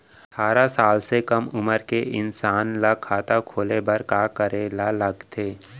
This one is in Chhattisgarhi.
अट्ठारह साल से कम उमर के इंसान मन ला खाता खोले बर का करे ला लगथे?